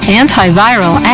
antiviral